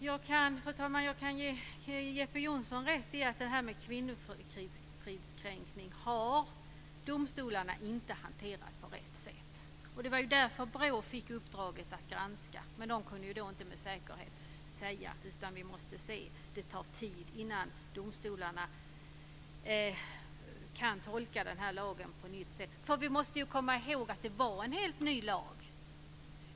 Fru talman! Jag kan ge Jeppe Jonsson rätt i att domstolarna inte har hanterat detta med kvinnofridskränkning på rätt sätt. Det var därför BRÅ fick uppdraget att göra en granskning, men man kunde inte säga något med säkerhet. Det tar tid innan domstolarna kan tolka den nya lagen på rätt sätt. Vi måste komma ihåg att det var en helt ny lag.